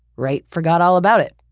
wright forgot all about it,